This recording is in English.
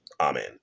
Amen